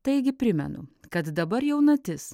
taigi primenu kad dabar jaunatis